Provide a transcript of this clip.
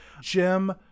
Jim